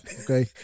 Okay